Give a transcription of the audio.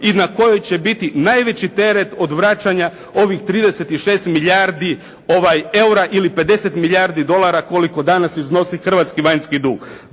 i na kojoj će biti najveći teret od vraćanja ovih 36 milijardi eura ili 50 milijardi dolara koliko danas iznosi hrvatski vanjski dug.